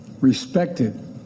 respected